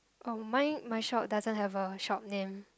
oh mine my shop doesn't have a shop name